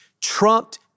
trumped